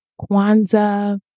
Kwanzaa